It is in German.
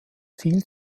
viel